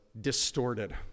distorted